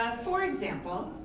um for example,